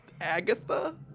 Agatha